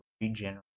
regenerate